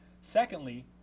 Secondly